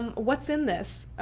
um what's in this?